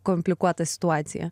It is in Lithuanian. komplikuotą situaciją